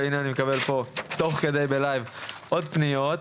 אני מקבל תוך כדי עוד פניות.